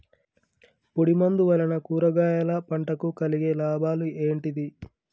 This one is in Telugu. పొడిమందు వలన కూరగాయల పంటకు కలిగే లాభాలు ఏంటిది?